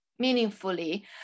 meaningfully